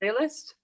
playlist